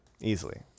easily